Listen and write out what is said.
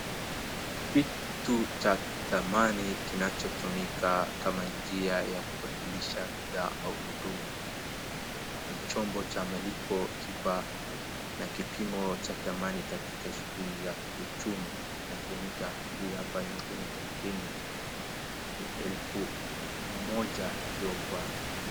Kitu cha dhamani kinachotumika kama njia ya kubadilisha bidhaa au huduma. Ni chombo cha malipo na kipimo cha dhamani katika shughuli za kiuchumi. Inatumika, hii hapa inatumika Kenya. Ni elfu moja iko kwa.